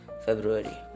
February